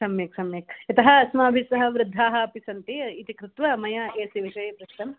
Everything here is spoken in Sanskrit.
सम्यक् सम्यक् यतः अस्माभिस्सह वृद्धाः अपि सन्ति इति कृत्वा मया ए सि विषये पृष्टं